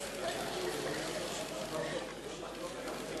11:39 ונתחדשה בשעה 12:01.) רבותי חברי